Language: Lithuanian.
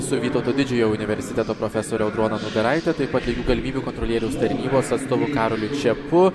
su vytauto didžiojo universiteto profesore audrone nugaraite taip pat lygių galimybių kontrolieriaus tarnybos atstovu karoliu čiapu